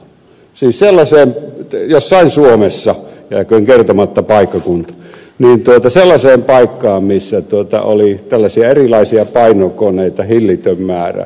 siis sellaiseen jossain suomessa jääköön kertomatta paikkakunta paikkaan missä oli tällaisia erilaisia painokoneita hillitön määrä